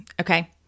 Okay